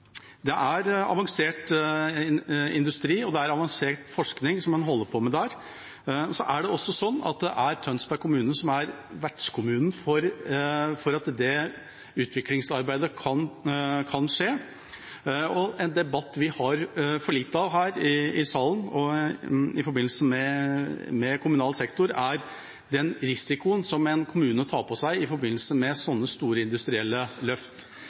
Det er avansert industri og avansert forskning man holder på med der. Tønsberg kommune er vertskommune for at det utviklingsarbeidet kan skje. En debatt vi har for lite av her i salen i forbindelse med kommunal sektor, går på den risiko en kommune tar på seg i forbindelse med slike store, industrielle løft.